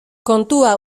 kontua